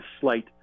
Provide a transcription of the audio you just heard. slight